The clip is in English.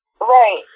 Right